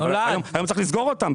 היום צריך לסגור אותם.